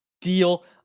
deal